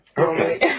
Okay